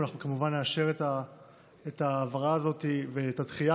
ואנחנו כמובן נאשר את ההעברה הזאת ואת הדחייה